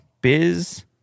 Biz